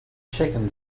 chicken